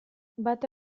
bata